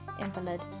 invalid